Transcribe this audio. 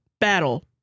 Battle